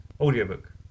Audiobook